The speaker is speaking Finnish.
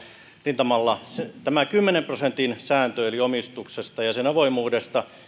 rintamalla tämä kymmenen prosentin sääntö eli omistuksesta ja sen avoimuudesta